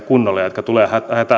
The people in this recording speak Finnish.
kunnolla ihmisiä jotka tulevat